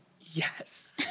yes